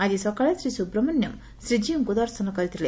ଆଜି ସକାଳେ ଶ୍ରୀ ସୁବ୍ରମଣ୍ୟମ୍ ଶ୍ରୀଜୀଉଙ୍କୁ ଦର୍ଶନ କରିଥିଲେ